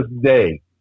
day